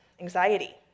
anxiety